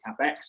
CapEx